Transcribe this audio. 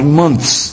months